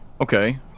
Okay